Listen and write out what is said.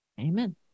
Amen